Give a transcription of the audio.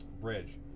bridge